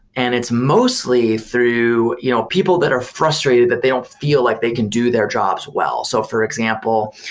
and it's mostly through you know people that are frustrated that they don't feel like they can do their jobs well. so for example,